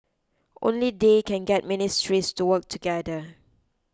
only they can get ministries to work together